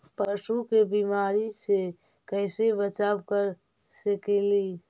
पशु के बीमारी से कैसे बचाब कर सेकेली?